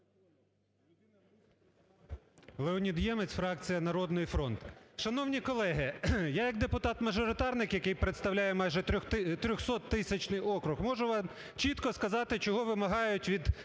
Леонід Ємець, фракція "Народний фронт". Шановні колеги, я як депутат-мажоритарник, який представляє майже трьохсоттисячний округ можу вам чітко сказати чого вимагають від